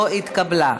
לא נתקבלה.